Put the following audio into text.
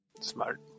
Smart